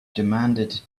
demanded